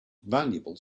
valuable